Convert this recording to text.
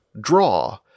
draw